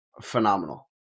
phenomenal